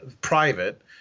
private